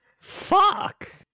Fuck